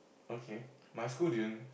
okay my school didn't